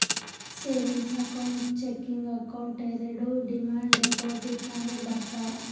savings account, checking account ಎರೆಡು demand deposit ನಾಗೆ ಬರ್ತಾವ್